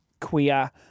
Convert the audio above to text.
queer